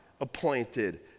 appointed